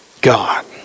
God